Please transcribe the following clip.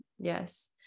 Yes